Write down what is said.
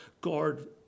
guard